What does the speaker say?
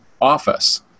office